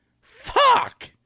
Fuck